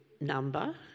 number